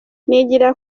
nigira